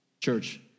Church